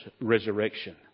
resurrection